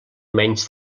menys